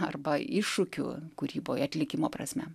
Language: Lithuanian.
arba iššūkių kūryboj atlikimo prasme